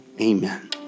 amen